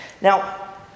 Now